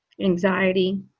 anxiety